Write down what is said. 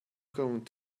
going